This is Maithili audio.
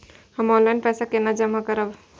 हम ऑनलाइन पैसा केना जमा करब?